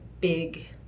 big